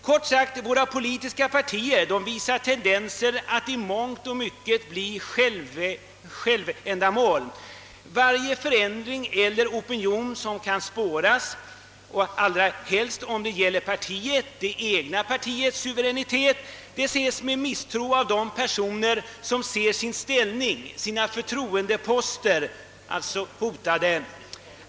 Kort sagt: våra politiska partier visar tendenser att i mångt och mycket bli självändamål. Varje förändring i opinionen som kan spåras — allra helst om det gäller partiet, det egna partiets suveränitet — ses med misstro av de personer som finner sin ställning, sina förtroendeposter hotade.